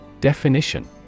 Definition